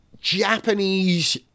Japanese